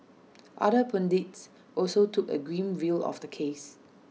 other pundits also took A grim view of the case